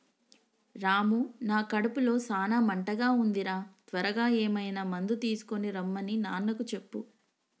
రాము నా కడుపులో సాన మంటగా ఉంది రా త్వరగా ఏమైనా మందు తీసుకొనిరమన్ని నాన్నకు చెప్పు